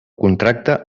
contracta